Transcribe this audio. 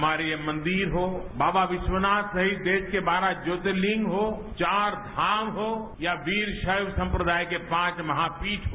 हमारे यहां मंदिर हो बाबा विश्वनाथ सहित देश के बारह ज्योतिलिंग हो चार धाम हो या वीर शैव सम्प्रदाय के पांच महापीठ हो